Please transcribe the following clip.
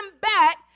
back